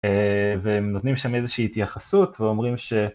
והם נותנים שם איזושהי התייחסות ואומרים ש...